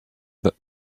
that